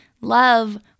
love